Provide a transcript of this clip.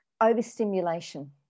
overstimulation